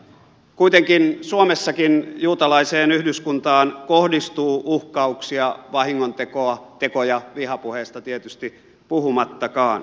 kuitenkin suomessakin juutalaiseen yhdyskuntaan kohdistuu uhkauksia vahingontekoja vihapuheesta tietysti puhumattakaan